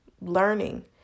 learning